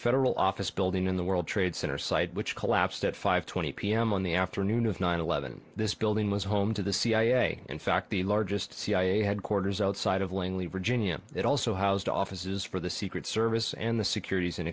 federal office building in the world trade center site which collapsed at five twenty p m on the afternoon of nine eleven this building was home to the cia in fact the largest cia headquarters outside of langley virginia it also housed the offices for the secret service and the securities and